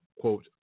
quote